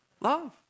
Love